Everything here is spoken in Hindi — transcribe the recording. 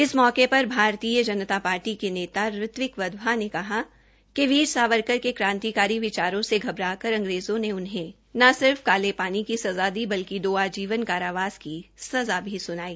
इस मौके पर भारतीय जनता पार्टी नेता रीतिक वधवा ने कहा कि वीर सावरकर के क्रांतिकारी विचारों से घबरा कर अंग्रेजों ने उन्हें न सिर्फ कालेपानी की सजा दी बल्कि दो आजीवन कारावास की सजा भी सुनाई